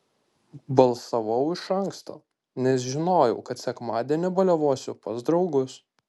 balsavau iš anksto nes žinojau kad sekmadienį baliavosiu pas draugus